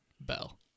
Bell